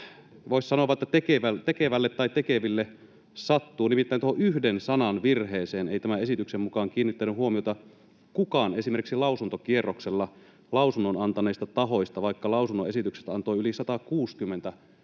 voisi sanoa vain, että tekevälle tai tekeville sattuu. Nimittäin tuohon yhden sanan virheeseen ei tämän esityksen mukaan kiinnittänyt huomiota esimerkiksi lausuntokierroksella kukaan lausunnon antaneista tahoista, vaikka lausunnon esityksestä antoi yli 160 yhteisöä